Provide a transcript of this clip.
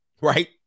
Right